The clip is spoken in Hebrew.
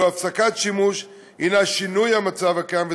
ואילו הפסקת שימוש היא שינוי המצב הקיים,